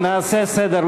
נעשה סדר.